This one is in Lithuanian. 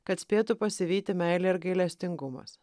kad spėtų pasivyti meilė ir gailestingumas